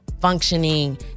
functioning